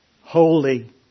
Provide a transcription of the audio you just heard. holy